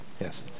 Yes